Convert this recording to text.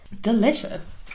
Delicious